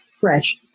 fresh